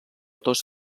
tos